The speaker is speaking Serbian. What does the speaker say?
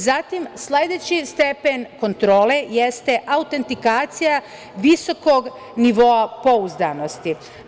Zatim, sledeći stepen kontrole jeste autentikacija visokog nivoa pouzdanosti.